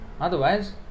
Otherwise